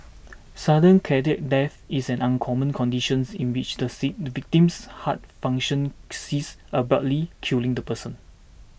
sudden cardiac death is an uncommon conditions in which the same the victim's heart function ceases abruptly killing the person